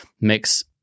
makes